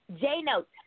J-Note